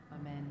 Amen